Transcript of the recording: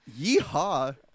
Yeehaw